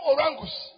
Orangus